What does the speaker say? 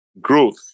growth